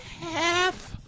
half